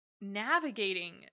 navigating